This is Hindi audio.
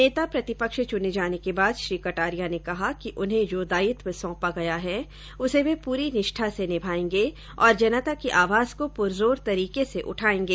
नेता प्रतिपक्ष चुने जाने के बाद श्री कटारिया ने कहा कि उन्हें जो दायित्व सौंपा गया है उसे वे पूरी निष्ठा से निमायेंगे तथा जनता की आवाज को पुरजोर तरीके से उठायेंगे